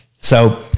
so-